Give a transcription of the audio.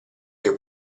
che